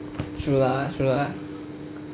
true lah true ah